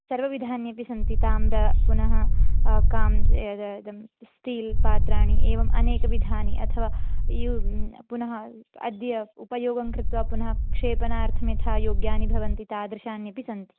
सर्वविधान्यपि सन्ति ताम्रं पुनः कां इइ इदं स्टील् पात्राणि एवम् अनेकविधानि अथवा यु पुनः अद्य उपयोगं कृत्वा पुनः क्षेपणार्थं यथा योग्यानि भवन्ति तादृशान्यपि सन्ति